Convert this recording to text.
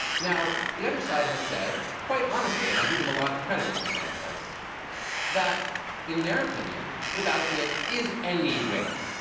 now, the other side has said, quite honestly and i give them a lot of credit for saying this that in their opinion, the battlefield is anywhere.